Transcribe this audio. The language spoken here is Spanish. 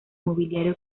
mobiliario